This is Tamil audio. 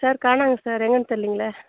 சார் காணோங்க சார் எங்கேன்னு தெரிலிங்களே